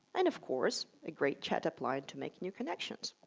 and, of course, a great chat up line to make new connections.